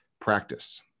Practice